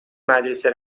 مدرسه